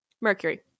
mercury